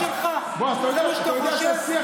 אתה חושב שאנחנו שק חבטות שלך, זה מה שאתה חושב?